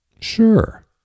Sure